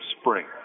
spring